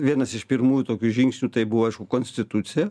vienas iš pirmųjų tokių žingsnių tai buvo aišku konstitucija